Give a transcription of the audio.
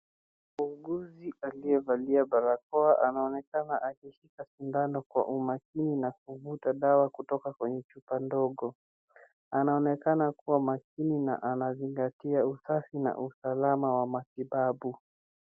Muuguzi aliyevalia barakoa anaonekana akishika sindano kwa umakini na kuvuta dawa kutoka kwenye chupa ndogo. Anaonekana kuwa makini na anazingatia usafi na usalama wa matibabu.